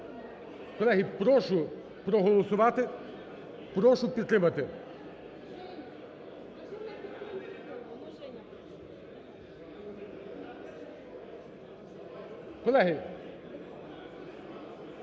Колеги, прошу проголосувати, прошу підтримати.